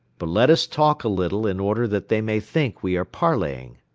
but let us talk a little, in order that they may think we are parleying.